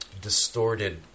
distorted